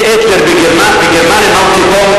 היטלר בגרמניה,